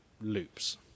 loops